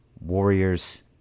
Warriors